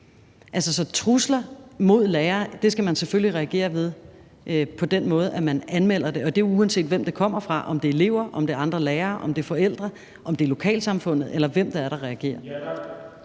trusler mod lærere skal man selvfølgelig reagere på på den måde, at man anmelder det, og det er uanset, hvem det kommer fra, om det er elever, om det er andre lærere, om det er forældre, om det er lokalsamfundet, eller hvem der reagerer.